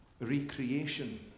recreation